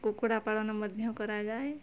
କୁକୁଡ଼ା ପାଳନ ମଧ୍ୟ କରାଯାଏ